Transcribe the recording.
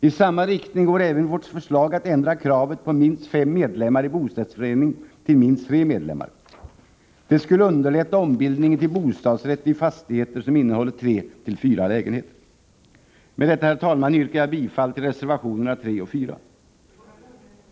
I samma riktning går även vårt förslag att ändra kravet på minst fem medlemmar i bostadsrättsförening till ett krav på minst tre medlemmar. Det skulle underlätta ombildningen till bostadsrätt i fastigheter som innehåller tre-fyra lägenheter. Med detta, herr talman, yrkar jag bifall till reservationerna 3 och 4.